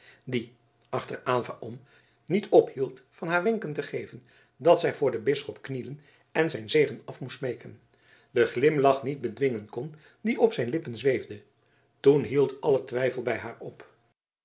die achter aylva om niet ophield van haar wenken te geven dat zij voor den bisschop knielen en zijn zegen af moest smeeken den glimlach niet bedwingen kon die op zijn lippen zweefde toen hield alle twijfel bij haar op